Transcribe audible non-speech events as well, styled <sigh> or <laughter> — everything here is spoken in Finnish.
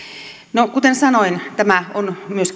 no kuten sanoin tämä on myös <unintelligible>